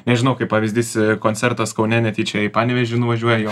nežinau kaip pavyzdys koncertas kaune netyčia į panevėžį nuvažiuoji